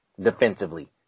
defensively